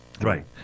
Right